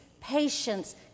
patience